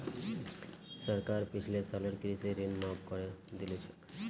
सरकार पिछले सालेर कृषि ऋण माफ़ करे दिल छेक